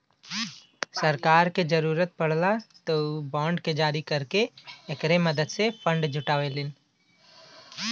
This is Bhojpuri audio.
सरकार क पैसा क जरुरत पड़ला त उ बांड के जारी करके एकरे मदद से फण्ड जुटावलीन